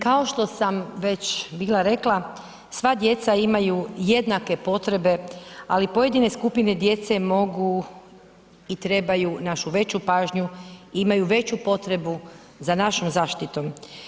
Kao što sam već bila rekla, sva djeca imaju jednake potrebe, ali pojedine skupine djece mogu i trebaju našu veću pažnju i imaju veću potrebu za našom zaštitom.